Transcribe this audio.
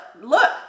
look